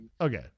Okay